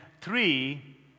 three